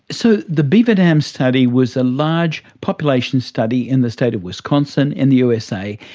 so the beaver dam study was a large population study in the state of wisconsin in the usa,